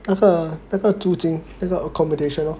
那个那个组金那个 accommodation lor